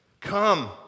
Come